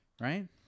right